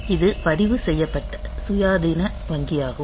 இது பதிவுசெய்யப்பட்ட சுயாதீன வங்கியாகும்